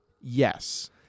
Yes